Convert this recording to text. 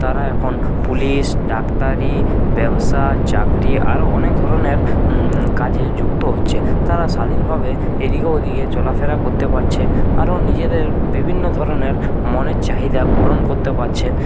তারা এখন পুলিশ ডাক্তারি ব্যবসা চাকরি আরও অনেক ধরনের কাজে যুক্ত হচ্ছে তারা স্বাধীনভাবে এদিকে ওদিকে চলাফেরা করতে পারছে আরও নিজেদের বিভিন্ন ধরনের মনের চাহিদাও পূরণ করতে পারছে